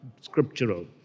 scriptural